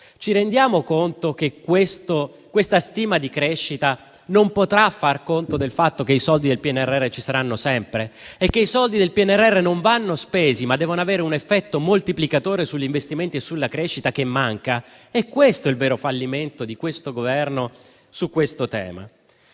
Ci rendiamo conto che questa stima di crescita non potrà far conto del fatto che i soldi del PNRR ci saranno sempre e che essi non vanno spesi, ma devono avere un effetto moltiplicatore sugli investimenti e sulla crescita che invece manca? È questo il vero fallimento del questo Governo sul tema.